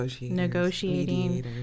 negotiating